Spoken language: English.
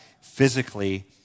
physically